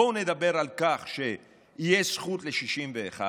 בואו נדבר על כך שיש זכות ל-61,